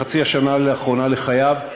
בחצי השנה האחרונה לחייו,